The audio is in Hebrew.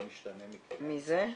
זה משתנה -- מזה?